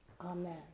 amen